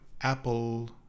apple